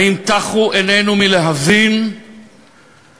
האם טחו עינינו מלהבין שאנחנו,